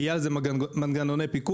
יהיו על זה מנגנוני פיקוח,